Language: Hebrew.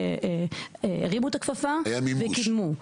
הרימו את הכפפה, וקידמו.